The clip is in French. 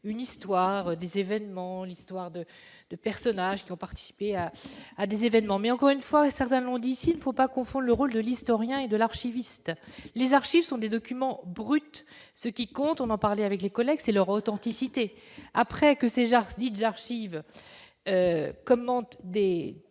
une histoire des événements, l'histoire de 2 personnages qui ont participé à des événements, mais encore une fois, certains l'ont dit, s'il ne faut pas confondre le rôle de l'historien et de l'archiviste, les archives sont des documents bruts, ce qui compte, on en parlé avec les collègues, c'est leur authenticité après que ces dites d'archives, commente Des